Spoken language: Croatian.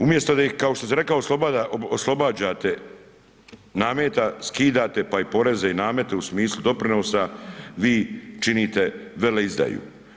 Umjesto kao što sam rekao oslobađate nameta, skidate pa i poreze i namete u smislu doprinosa, vi činite veleizdaju.